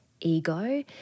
ego